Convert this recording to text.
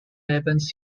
evans